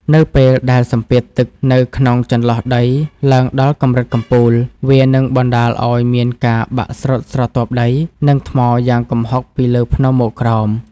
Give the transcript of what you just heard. នៅពេលដែលសម្ពាធទឹកនៅក្នុងចន្លោះដីឡើងដល់កម្រិតកំពូល វានឹងបណ្ដាលឱ្យមានការបាក់ស្រុតស្រទាប់ដី និងថ្មយ៉ាងគំហុកពីលើភ្នំមកក្រោម។